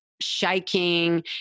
shaking